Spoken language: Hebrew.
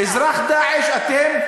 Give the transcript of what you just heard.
אזרח "דאעש" אתם,